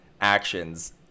actions